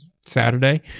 Saturday